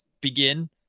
begin